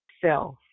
self